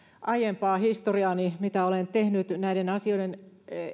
aiempaa historiaani mitä olen tehnyt näiden asioiden